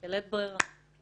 בלב ברירה.